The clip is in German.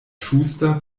schuster